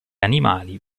animali